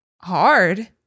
hard